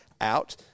out